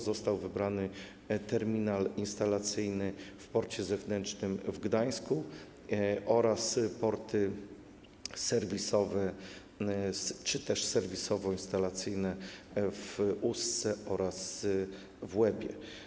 Został wybrany terminal instalacyjny w porcie zewnętrznym w Gdańsku oraz porty serwisowe czy też serwisowo-instalacyjne w Ustce oraz w Łebie.